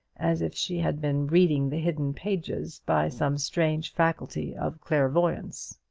as if she had been reading the hidden pages by some strange faculty of clairvoyance.